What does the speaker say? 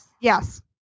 yes